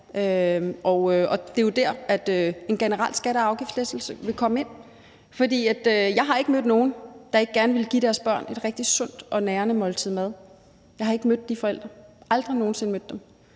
og det er jo der, at en generel skatte- og afgiftslettelse vil komme ind. Jeg har ikke mødt nogen, der ikke gerne ville give deres børn et rigtig sundt og nærende måltid mad, jeg har ikke mødt de forældre, jeg har aldrig nogen sinde mødt dem.